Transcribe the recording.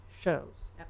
shows